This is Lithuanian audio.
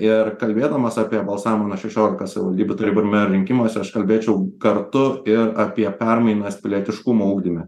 ir kalbėdamas apie balsavimą nuo šešiolikos savivaldybių tarybų ir merų rinkimuose aš kalbėčiau kartu ir apie permainas pilietiškumo ugdyme